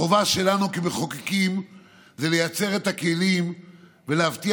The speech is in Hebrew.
החובה שלנו כמחוקקים היא לייצר את הכלים ולהבטיח